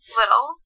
little